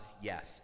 yes